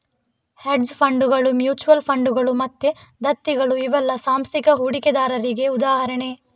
hedge ಫಂಡುಗಳು, mutual ಫಂಡುಗಳು ಮತ್ತೆ ದತ್ತಿಗಳು ಇವೆಲ್ಲ ಸಾಂಸ್ಥಿಕ ಹೂಡಿಕೆದಾರರಿಗೆ ಉದಾಹರಣೆ